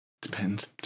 Depends